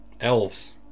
elves